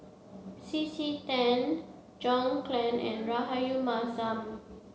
C C Tan John Clang and Rahayu Mahzam